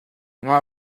nga